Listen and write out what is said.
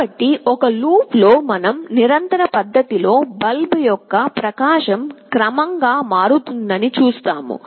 కాబట్టి ఒక లూప్ లో మనం నిరంతర పద్ధతిలో బల్బ్ యొక్క ప్రకాశం క్రమంగా మారుతుందని చూస్తాము